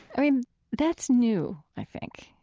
i mean that's new, i think.